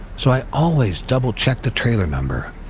so i always double check the trailer number.